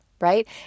Right